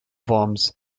worms